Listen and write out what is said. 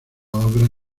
obras